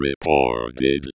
reported